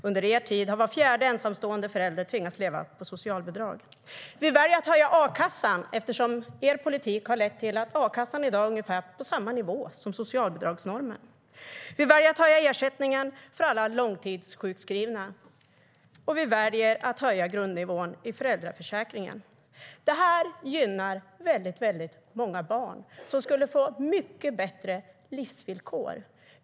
Under er tid har var fjärde ensamstående förälder tvingats leva på socialbidrag. Vi väljer att höja ersättningen för alla långtidssjukskrivna, och vi väljer att höja grundnivån i föräldraförsäkringen. Det här gynnar väldigt många barn som skulle få mycket bättre livsvillkor.